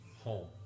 home